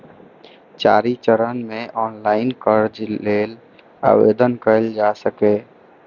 चारि चरण मे ऑनलाइन कर्ज लेल आवेदन कैल जा सकैए